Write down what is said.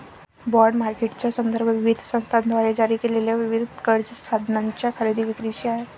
bond मार्केटचा संदर्भ विविध संस्थांद्वारे जारी केलेल्या विविध कर्ज साधनांच्या खरेदी विक्रीशी आहे